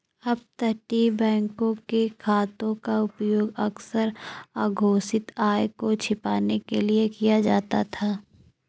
अपतटीय बैंकों के खातों का उपयोग अक्सर अघोषित आय को छिपाने के लिए किया जाता था